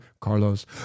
Carlos